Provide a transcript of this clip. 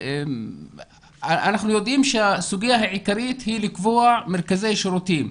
אנחנו יודעים שהסוגיה העיקרית היא לקבוע מרכזי שירותים.